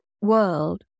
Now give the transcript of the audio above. world